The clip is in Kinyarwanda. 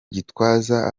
gitwaza